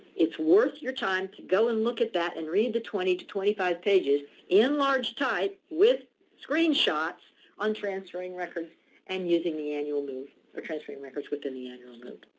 it's worth your time to go and look at that and read the twenty to twenty five pages in large type with screenshots on transferring records and using the annual move or transferring records within the annual move.